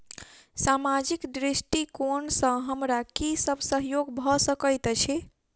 सामाजिक दृष्टिकोण सँ हमरा की सब सहयोग भऽ सकैत अछि?